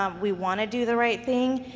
um we want to do the right thing,